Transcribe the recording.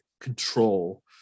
control